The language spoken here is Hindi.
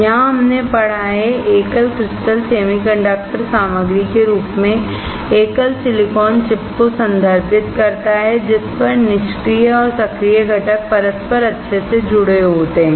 यहाँ हमने पढ़ा है एकल क्रिस्टल सेमीकंडक्टर सामग्री के रूप में एकल सिलिकॉन चिप को संदर्भित करता है जिस पर निष्क्रिय और सक्रिय घटक परस्पर अच्छे से जुड़े होते हैं